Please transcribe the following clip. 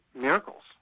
miracles